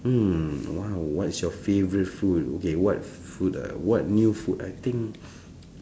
mm !wow! what is your favorite food okay what food uh what new food I think